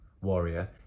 warrior